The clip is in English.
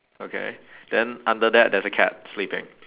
okay then under that there's a cat sleeping